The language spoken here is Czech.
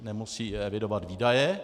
Nemusí evidovat výdaje.